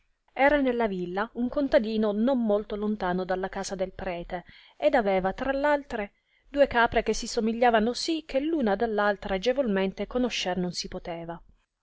era nella villa un contadino non molto lontano dalla casa del prete ed aveva tra l'altre due capre che si somigliavano sì che l'una dall'altra agevolmente conoscer non si poteva